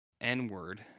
N-word